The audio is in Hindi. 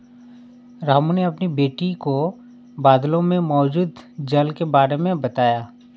रामू ने अपनी बेटी को बादलों में मौजूद जल के बारे में बताया